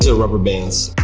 so rubber bands.